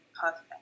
perfect